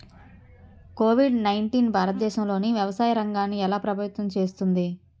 Covid nineteen భారతదేశంలోని వ్యవసాయ రంగాన్ని ఎలా ప్రభావితం చేస్తుంది?